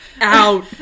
Out